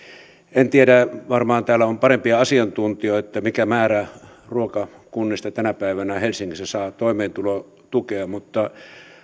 en tiedä varmaan täällä on parempia asiantuntijoita siinä mikä määrä ruokakunnista tänä päivänä helsingissä saa toimeentulotukea mutta